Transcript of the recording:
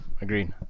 Agreed